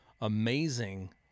amazing